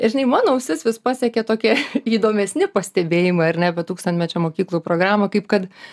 ir žinai mano ausis vis pasiekė tokie įdomesni pastebėjimai ar ne bet tūkstantmečio mokyklų programų kaip kad